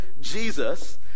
Jesus